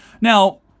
Now